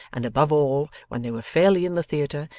and, above all, when they were fairly in the theatre,